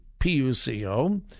PUCO